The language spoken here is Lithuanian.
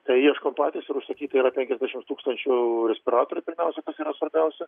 tai ieškom patys ir užsakyta yra penkiasdešimts tūkstančių respiratorių pirmiausia kas yra svarbiausia